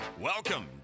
Welcome